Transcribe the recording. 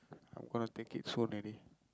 I'm gonna take it soon already